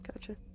Gotcha